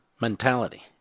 mentality